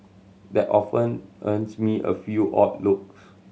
that often earns me a few odd looks